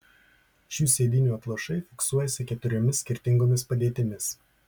šių sėdynių atlošai fiksuojasi keturiomis skirtingomis padėtimis